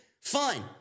Fine